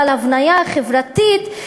אבל הבניה חברתית,